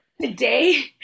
today